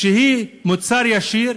היא תוצר ישיר,